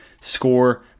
score